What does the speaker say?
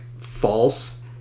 false